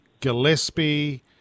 Gillespie